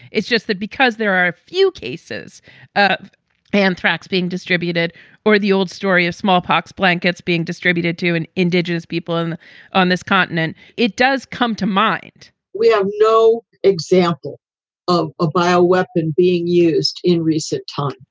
it's just that because there are a few cases of anthrax being distributed or the old story of smallpox blankets being distributed to an indigenous people in on this continent, it does come to mind we have no example of a bio weapon being used in recent time.